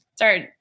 start